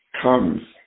comes